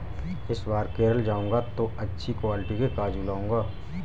इस बार केरल जाऊंगा तो अच्छी क्वालिटी के काजू लाऊंगा